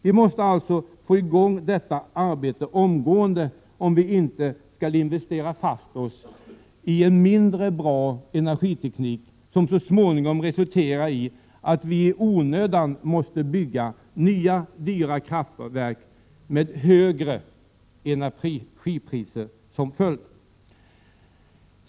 Vi måste alltså få i gång detta arbete omgående, om vi inte skall investera fast oss i en mindre bra energiteknik, som så småningom resulterar i att vi i onödan måste bygga nya dyra kraftverk med högre energipriser som följd.